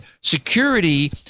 security